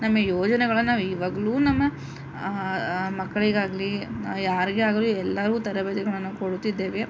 ನಮ್ಮ ಯೋಜನೆಗಳನ್ನು ಇವಾಗಲೂ ನಮ್ಮ ಮಕ್ಕಳಿಗಾಗಲಿ ಯಾರಿಗೇ ಆಗಲಿ ಎಲ್ಲರ್ಗೂ ತರಬೇತಿಗಳನ್ನು ಕೊಡುತ್ತಿದ್ದೇವೆ